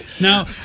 now